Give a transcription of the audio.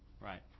right